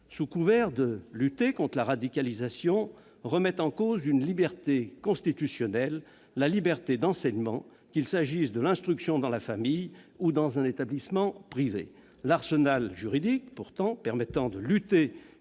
sous couvert de lutte contre la radicalisation, remettent en cause une liberté constitutionnelle : la liberté d'enseignement, que l'instruction ait lieu dans la famille ou dans un établissement privé. L'arsenal juridique permettant de lutter